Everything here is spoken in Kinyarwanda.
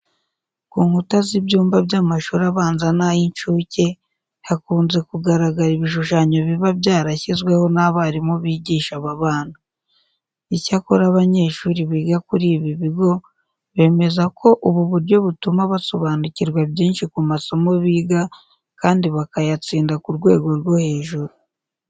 Ku nkuta z'ibyumba by'amashuri abanza n'ay'incuke, hakunze kugaragara ibishushanyo biba byarashyizweho n'abarimu bigisha aba bana. Icyakora abanyeshuri biga kuri ibi bigo bemeza ko ubu buryo butuma basobanukirwa byinshi ku masomo biga kandi bakayatsinda ku rwego rwo hejuru.